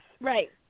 Right